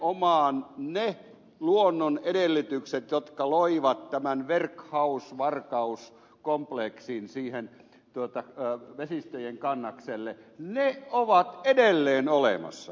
nimenomaan ne luonnon edellytykset jotka loivat tämän werkhaus varkaus kompleksin siihen vesistöjen kannakselle ne ovat edelleen olemassa